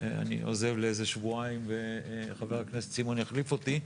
אני עוזב לשבועיים בערך וחבר הכנסת סימון יחליף אותי,